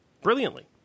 brilliantly